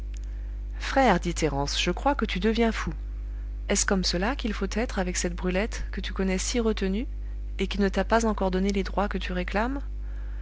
dit thérence je crois que tu deviens fou est-ce comme cela qu'il faut être avec cette brulette que tu connais si retenue et qui ne t'a pas encore donné les droits que tu réclames